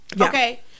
okay